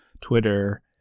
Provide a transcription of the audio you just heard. twitter